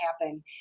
happen